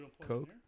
Coke